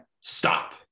stop